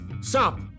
Stop